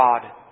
God